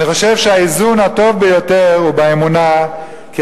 אני חושב שהאיזון הטוב ביותר הוא באמונה כי